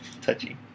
touchy